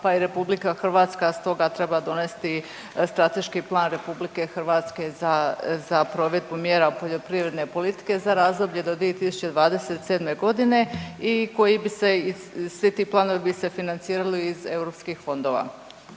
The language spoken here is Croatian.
pa i RH stoga treba donesti strateški plan RH za, za provedbu mjera poljoprivredne politike za razdoblje do 2027. godine i koji bi se, svi ti planovi bi se financirali iz europskih fondova.